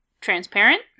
transparent